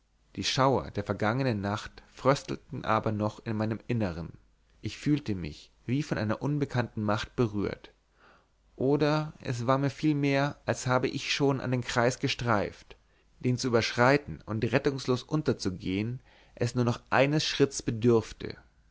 die schauer der vergangenen nacht fröstelten aber noch in meinem innern ich fühlte mich wie von einer unbekannten macht berührt oder es war mir vielmehr als habe ich schon an den kreis gestreift den zu überschreiten und rettungslos unterzugehen es nur noch eines schritts bedürfte